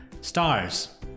stars